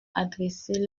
adresser